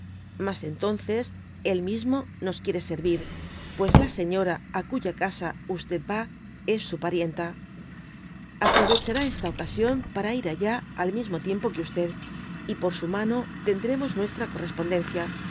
mas entonces él mismo nos quiere senrir pues la señora á cuya casa va es su parienta aproyechará esta ocasión para ir allá al mismo tiempo que y por su mano tendremos nuestra correspondencia